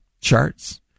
charts